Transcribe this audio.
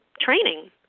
training